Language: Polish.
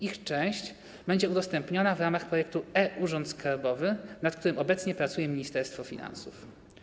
Ich część będzie udostępniana w ramach projektu e-Urząd Skarbowy, nad którym obecnie pracuje Ministerstwo Finansów.